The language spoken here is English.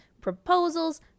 proposals